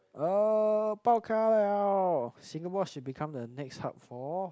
uh bao-ka-liao Singapore should become the next hub for